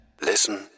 Listen